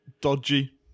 dodgy